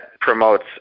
promotes